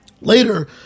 Later